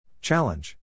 Challenge